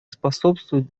способствовать